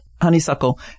honeysuckle